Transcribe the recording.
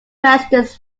questions